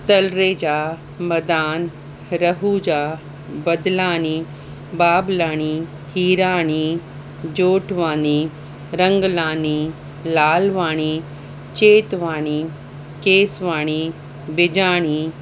Talreja Madan Rahuja Badlani Bablani Hirani Jotwani Ranglani Lalwani Chetwani Keswani Bijani